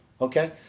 Okay